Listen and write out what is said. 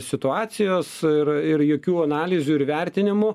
situacijos ir ir jokių analizių ir vertinimų